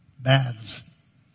baths